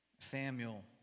Samuel